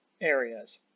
areas